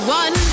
one